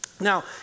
Now